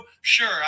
sure